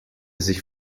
sich